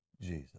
Jesus